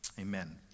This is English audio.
Amen